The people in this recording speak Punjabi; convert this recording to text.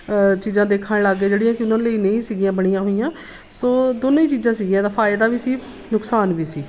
ਚੀਜ਼ਾਂ ਦੇਖਣ ਲੱਗ ਗਏ ਜਿਹੜੀਆਂ ਕਿ ਉਹਨਾਂ ਲਈ ਨਹੀਂ ਸੀਗੀਆਂ ਬਣੀਆਂ ਹੋਈਆਂ ਸੋ ਦੋਨੇ ਹੀ ਚੀਜ਼ਾਂ ਸੀਗੀਆਂ ਇਹਦਾ ਫਾਇਦਾ ਵੀ ਸੀ ਨੁਕਸਾਨ ਵੀ ਸੀ